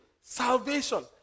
Salvation